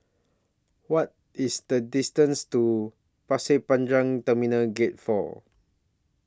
What IS The distance to Pasir Panjang Terminal Gate four